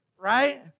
right